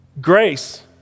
Grace